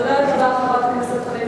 הדוברת הבאה, חברת הכנסת חנין